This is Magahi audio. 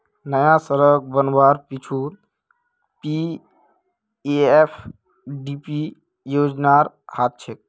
नया सड़क बनवार पीछू पीएफडीपी योजनार हाथ छेक